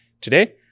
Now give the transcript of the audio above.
Today